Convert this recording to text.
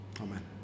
amen